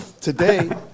today